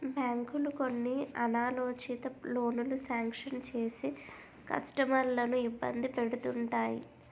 బ్యాంకులు కొన్ని అనాలోచిత లోనులు శాంక్షన్ చేసి కస్టమర్లను ఇబ్బంది పెడుతుంటాయి